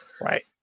Right